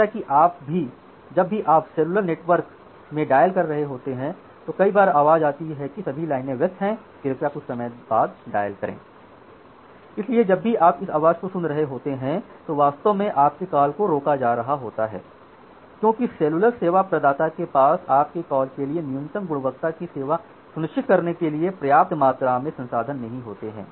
जैसे कि जब भी आप सेलुलर नेटवर्क में डायल कर रहे होते हैं तो कई बार आवाज़ आती है कि सभी लाइनें व्यस्त हैं कृपया कुछ समय बाद डायल करें इसलिए जब भी आप इस आवाज को सुन रहे होते हैं जो वास्तव में आपके कॉल को रोका जा रहा होता है क्योंकि सेलुलर सेवा प्रदाता के पास आपके कॉल के लिए न्यूनतम गुणवत्ता की सेवा सुनिश्चित करने के लिए पर्याप्त मात्रा में संसाधन नहीं होते हैं